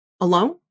alone